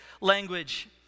language